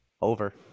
Over